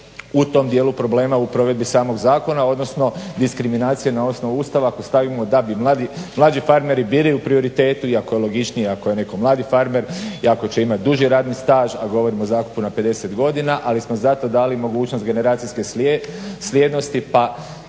u tom dijelu problema u provedbi samog zakona odnosno diskriminacije na osnovu Ustava ako stavimo da bi mlađi farmeri bili u prioritetu iako je logičnije ako je neko mladi farmer i ako će imati duži radni staž, a govorimo o zakupu na 50 godina, ali smo zato dali mogućnost generacijske slijednosti